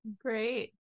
Great